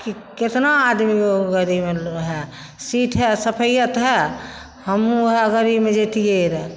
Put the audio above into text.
कितना आदमी उ गाड़ीमे हइ सीट हइ सफैयत हइ हमहुँ वएह गाड़ीमे जैतियै रऽ